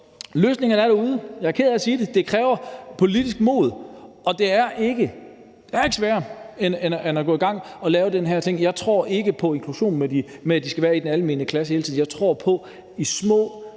løsningerne er derude. Jeg er ked af at sige det: Det kræver politisk mod, men det er ikke sværere end at gå i gang og lave de her ting. Jeg tror ikke på inklusion på den måde, at de børn skal være i den almindelige klasse hele tiden. Jeg tror på, at